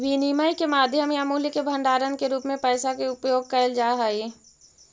विनिमय के माध्यम या मूल्य के भंडारण के रूप में पैसा के उपयोग कैल जा हई